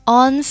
on